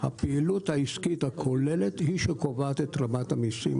הפעילות העסקית הכוללת היא שקובעת את רמת המיסים,